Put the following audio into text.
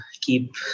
keep